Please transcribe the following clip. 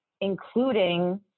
including